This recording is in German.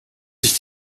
sich